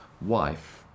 wife